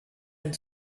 and